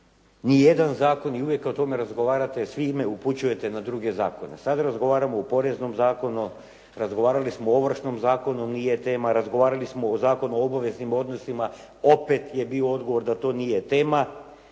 Nijedan zakon i uvijek o tome razgovarate svi me upućujete na druge zakone. Sada razgovaramo o Poreznom zakonu, razgovarali smo o Ovršnom zakonu, nije tema. Razgovarali smo o Zakonu o obaveznim odnosima, opet je bio odgovor da to nije tema.